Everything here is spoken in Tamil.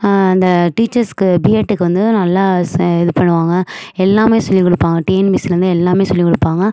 அந்த டீச்சர்ஸ்க்கு பிஎட்டுக்கு வந்து நல்லா சே இது பண்ணுவாங்க எல்லாமே சொல்லிக் கொடுப்பாங்க டிஎன்பிசியில இருந்து எல்லாமே சொல்லிக் கொடுப்பாங்க